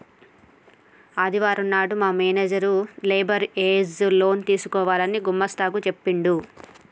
ఆదివారం నాడు మా మేనేజర్ లేబర్ ఏజ్ లోన్ తీసుకోవాలని గుమస్తా కు చెప్పిండు